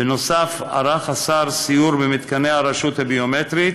בנוסף ערך השר סיור במתקני הרשות הביומטרית,